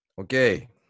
Okay